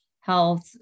health